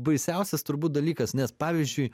baisiausias turbūt dalykas nes pavyzdžiui